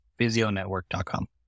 physionetwork.com